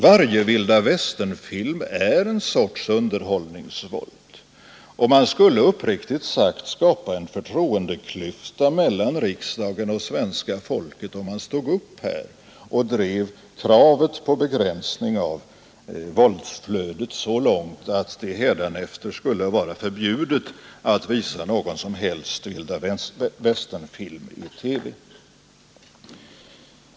Varje Vilda Västernfilm är en sorts underhållningsvåld, och man skulle uppriktigt sagt skapa en förtroendeklyfta mellan riksdagen och svenska folket om man stod upp här och drev kravet på begränsning av våldsflödet så långt att det hädanefter skulle vara förbjudet att visa någon som helst Vilda Västernfilm i TV.